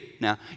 Now